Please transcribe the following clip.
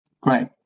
Great